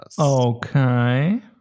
Okay